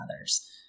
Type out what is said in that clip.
others